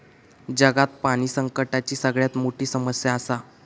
जगात पाणी संकटाची सगळ्यात मोठी समस्या आसा